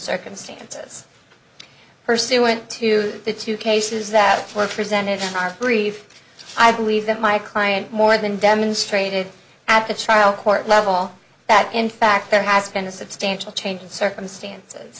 circumstances pursuant to the two cases that fourth presented in our brief i believe that my client more than demonstrated at the trial court level that in fact there has been a substantial change in circumstances